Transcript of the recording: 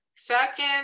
second